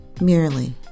merely